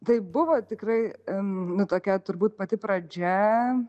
tai buvo tikrai nu tuokia turbūt pati pradžia